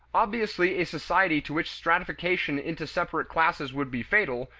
obviously a society to which stratification into separate classes would be fatal,